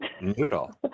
noodle